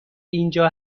اینجا